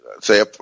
Say